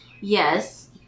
Yes